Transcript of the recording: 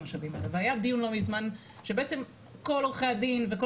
היה דיון לא מזמן של בעצם כל עורכי הדין וכל